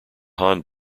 han